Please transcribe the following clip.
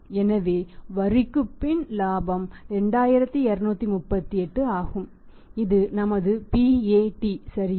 எனவே வரிக்குப் பின் லாபம் 2238 ஆகும் இது நமது PAT சரியா